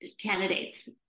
candidates